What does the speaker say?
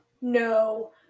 No